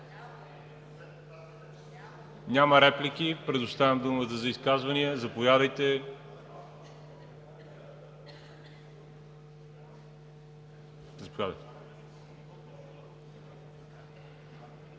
Няма реплики. Предоставям думата за изказвания. Заповядайте, господин